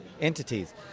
entities